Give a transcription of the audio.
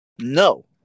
No